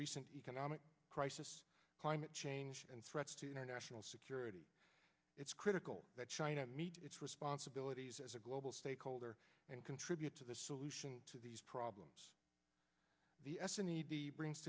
recent economic crisis climate change and threats to national security it's critical that china meet its responsibilities as a global stakeholder and contribute to the solution to these problems the s n e b brings